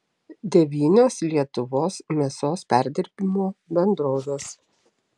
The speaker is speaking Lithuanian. devynios lietuvos mėsos perdirbimo bendrovės